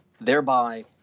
Thereby